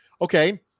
okay